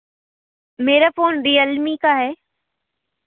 मेरा phone Realme का है